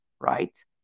right